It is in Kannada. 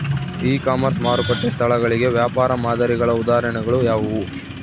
ಇ ಕಾಮರ್ಸ್ ಮಾರುಕಟ್ಟೆ ಸ್ಥಳಗಳಿಗೆ ವ್ಯಾಪಾರ ಮಾದರಿಗಳ ಉದಾಹರಣೆಗಳು ಯಾವುವು?